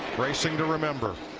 racing to remember